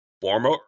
former